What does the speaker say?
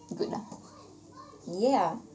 good lah yeah